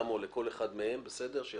לכל אחד מהם, השר או מי מטעמו